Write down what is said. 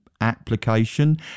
application